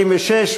קבוצת סיעת חד"ש,